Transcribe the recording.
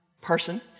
person